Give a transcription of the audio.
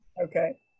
okay